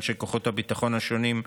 מאנשי כוחות הביטחון השונים,